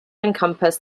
encompassed